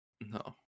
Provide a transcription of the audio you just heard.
No